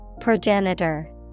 Progenitor